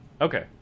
Okay